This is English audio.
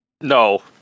No